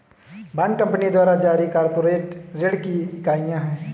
bond company द्वारा जारी corporate ऋण की इकाइयां हैं